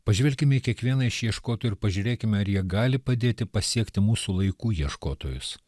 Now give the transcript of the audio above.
pažvelkime į kiekvieną iš ieškotų ir pažiūrėkime ar jie gali padėti pasiekti mūsų laikų ieškotojus